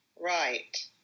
Right